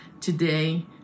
today